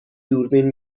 دوربین